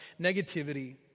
Negativity